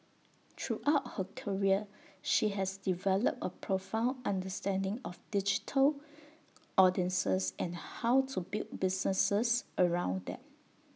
throughout her career she has developed A profound understanding of digital audiences and how to build businesses around them